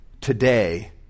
today